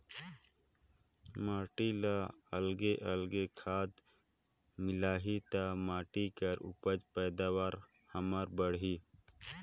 माटी ल अलगे अलगे खाद मिलही त माटी कर उपज पैदावार हमर बड़ही